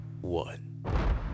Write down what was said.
One